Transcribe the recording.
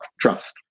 Trust